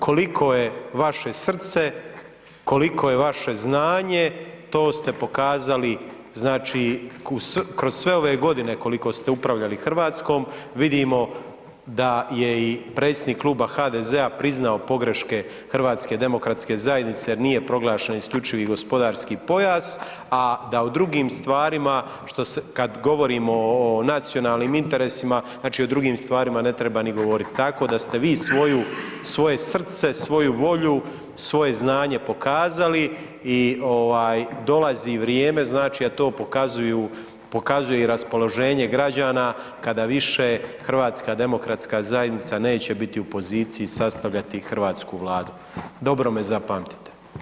Koliko je vaše srce, koliko je vaše znanje, to ste pokazali, znači, kroz sve ove godine koliko ste upravljali RH vidimo da je i predsjednik Kluba HDZ-a priznao pogreške HDZ-a jer nije proglašen isključivi gospodarski pojas, da a o drugim stvarima kad govorimo o nacionalnim interesima, znači, o drugim stvarima ne treba ni govorit, tako da ste vi svoje srce, svoju volju, svoje znanje pokazali i dolazi vrijeme, znači, a to pokazuje i raspoloženje građana kada više HDZ neće biti u poziciji sastavljati hrvatsku Vladu, dobro me zapamtite.